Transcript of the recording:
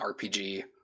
RPG